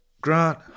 Grant